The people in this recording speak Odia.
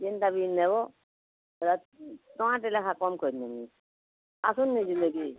ଯେନ୍ଟା ବି ନେବ ସେଟା ଟଙ୍କାଟେ ଲେଖା କମ୍ କରି ନେମି ଆସୁନ୍ ନେଇଯିବେ କି